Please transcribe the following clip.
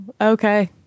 Okay